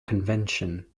convention